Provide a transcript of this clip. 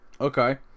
Okay